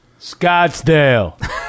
Scottsdale